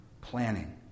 Planning